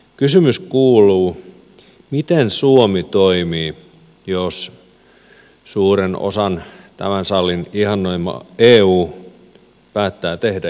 kysymys kuuluu miten suomi toimii jos tästä salista suuren osan ihannoima eu päättää tehdä jotain asialle